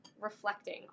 reflecting